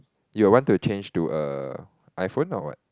you want to change to a iPhone or what